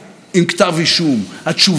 ובגלל זה כל כך דחוף להם